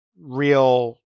real